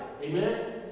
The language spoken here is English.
Amen